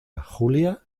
julia